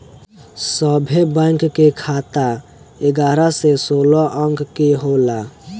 सभे बैंक के खाता एगारह से सोलह अंक के होला